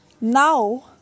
Now